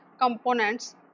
components